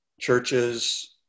churches